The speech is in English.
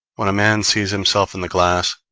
when a man sees himself in the glass,